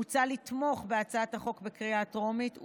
מוצע לתמוך בהצעת החוק בקריאה טרומית,